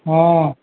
ହଁ